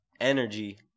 Energy